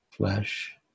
flesh